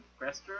restroom